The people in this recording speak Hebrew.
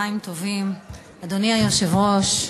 אדוני היושב-ראש,